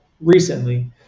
recently